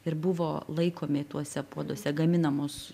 ir buvo laikomi tuose puoduose gaminamos